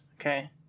okay